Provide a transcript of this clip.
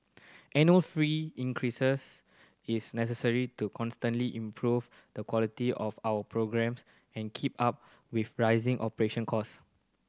annual fee increase is necessary to constantly improve the quality of our programmes and keep up with rising operation cost